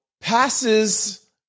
passes